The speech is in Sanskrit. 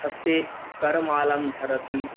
हस्ते करमालां धरति